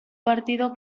partido